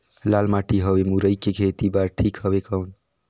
लाल माटी हवे मुरई के खेती बार ठीक हवे कौन?